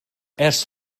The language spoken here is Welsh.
ers